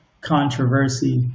controversy